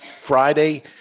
Friday